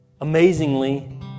amazingly